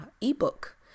eBook